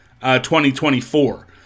2024